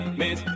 miss